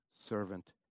servant